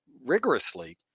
rigorously